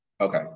okay